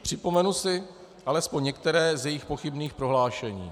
Připomenu si alespoň některé z jejích pochybných prohlášení.